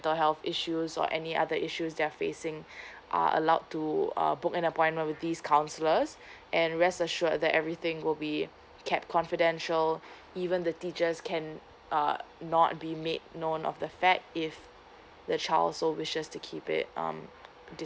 the health issues or any other issues they're facing are allowed to uh book an appointment with these councilor and rest assured that everything will be kept confidential even the teachers can uh not be made known of the fact if the child so wishes to keep it um